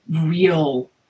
real